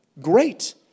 great